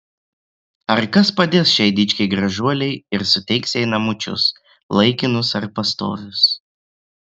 ar kas padės šiai dičkei gražuolei ir suteiks jai namučius laikinus ar pastovius